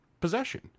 possession